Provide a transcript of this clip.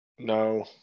No